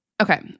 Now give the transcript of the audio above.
Okay